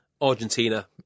Argentina